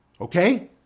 Okay